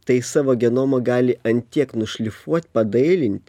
tai savo genomą gali ant tiek nušlifuot padailint